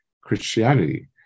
Christianity